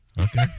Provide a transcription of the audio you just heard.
Okay